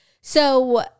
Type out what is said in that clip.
So-